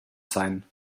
sein